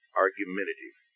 argumentative